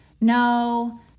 no